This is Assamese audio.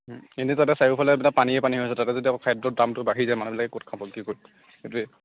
ও এনে তাতে চাৰিওফালে মানে পানীয়ে পানী হৈ আছে তাতে যদি আকৌ খাদ্যৰ দামটো বাঢ়ি যায় মানুহবিলাকে ক'ত খাব কি কৰিব সেইটোৱে